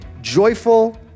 joyful